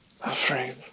afraid